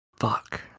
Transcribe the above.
Fuck